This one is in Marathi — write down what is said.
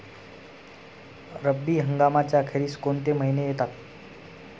रब्बी हंगामाच्या अखेरीस कोणते महिने येतात?